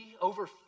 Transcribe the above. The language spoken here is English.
over